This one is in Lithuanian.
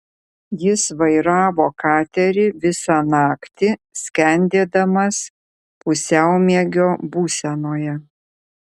jis vairavo katerį visą naktį skendėdamas pusiaumiegio būsenoje